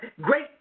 great